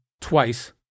twice